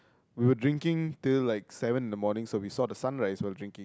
we were drinking till like seven in the morning so we saw the sunrise while drinking